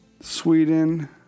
Sweden